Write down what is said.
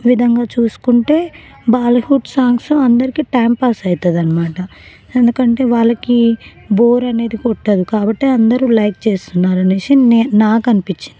విధంగా చూసుకుంటే Bollywood songs అందరికీ టైం పాస్ అవుతుందనమాట ఎందుకంటే వాళ్ళకి బోర్ అనేది కొట్టదు కాబట్టి అందరూ లైక్ చేస్తున్నారు అనేసి నే నాకు అనుపించిందం